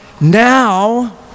now